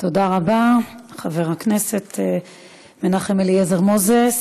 תודה רבה, חבר הכנסת מנחם אליעזר מוזס.